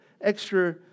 extra